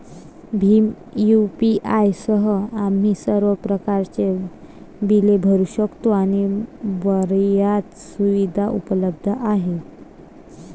Bhim UPI सह, आम्ही सर्व प्रकारच्या बिले भरू शकतो आणि बर्याच सुविधा उपलब्ध आहेत